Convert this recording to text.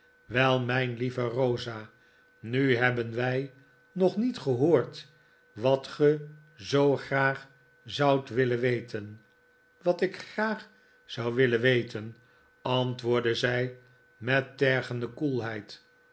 wel mijn lieve rosa nu hebben wij nog niet gehoord wat ge zoo graag zoudt willen weten wat ik graag zou willen weten antwoordde zij met tergende koelheid